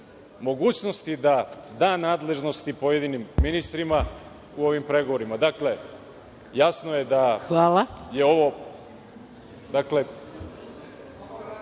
mogućnosti da da nadležnosti pojedinim ministrima u ovim pregovorima. Dakle, jasno je da je ovo…